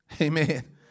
Amen